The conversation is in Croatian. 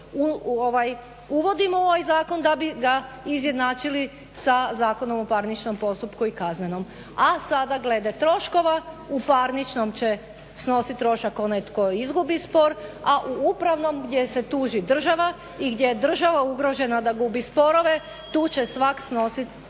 uvodimo u ovaj zakon da bi ga izjednačili sa Zakonom o parničkom postupku i kaznenom. A sada glede troškova, u parničnom će snosit trošak onaj tko izgubi spor, a u upravnom gdje se tuži država i gdje je država ugrožena da gubi sporove tu će svak snosit sam